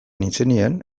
nintzenean